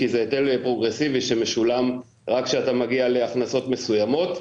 כי זה היטל פרוגרסיבי שמשולם רק כשאתה מגיע להכנסות מסוימות.